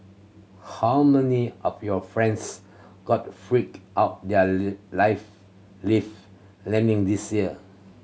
how many of your friends got freaked out their life lift landing this year